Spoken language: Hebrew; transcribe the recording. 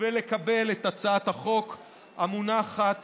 ולקבל את הצעת החוק המונחת